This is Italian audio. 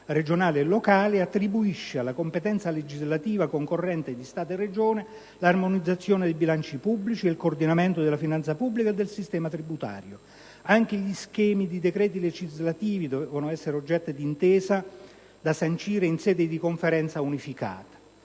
regionale e locale, attribuisce alla competenza legislativa concorrente di Stato e Regioni l'armonizzazione dei bilanci pubblici e il coordinamento della finanza pubblica e del sistema tributario. Anche gli schemi dei decreti legislativi dovranno essere oggetto di intesa, da sancire in sede di Conferenza unificata.